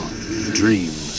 dreams